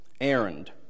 errand